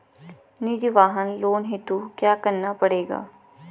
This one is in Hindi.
निजी वाहन लोन हेतु क्या करना पड़ेगा?